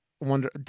wonder